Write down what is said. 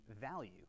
value